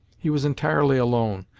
he was entirely alone,